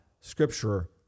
Scripture